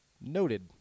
noted